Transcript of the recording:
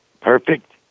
perfect